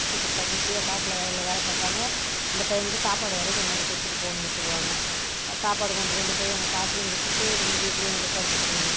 சித்தப்பா சித்தி காட்டில் வயலில் வேலை பார்ப்பாங்க அந்த டைமுக்கு சாப்பாடு வரை கொண்டு வந்து கொடுத்துட்டு போணுன்னு சொல்வாங்க சாப்பாடு கொண்டு கொண்டு போய் அங்கே காட்டுலேயும் கொடுத்துட்டு வந்து வீட்லேயும் வந்து படிச்சிட்டுருந்தேன்